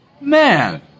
Man